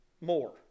more